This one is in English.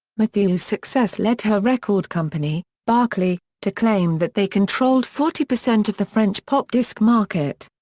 mathieu's success led her record company, barclay, to claim that they controlled forty percent of the french pop disk market.